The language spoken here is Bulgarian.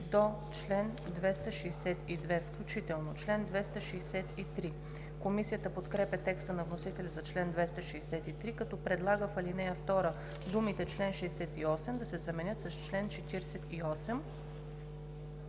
до чл. 262 включително. Член 263. Комисията подкрепя текста на вносителя за чл. 263, като предлага в ал. 2 думите „чл. 68“ да се заменят с „чл. 48“.